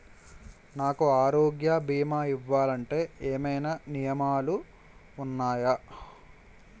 నాకు ఆరోగ్య భీమా ఇవ్వాలంటే ఏమైనా నియమాలు వున్నాయా?